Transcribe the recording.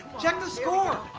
check the score.